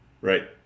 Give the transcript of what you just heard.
Right